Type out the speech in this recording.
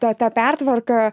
ta ta pertvarka